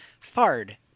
Fard